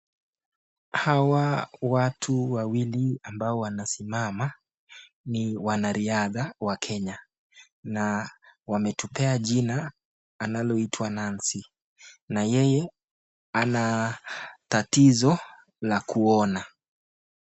Hawa watu wawili ambao wanasimama, ni wanariadha wa Kenya na wametupea jina analoitwa Nancy, na yeye ana tatizo la kuona.